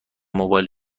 موبایل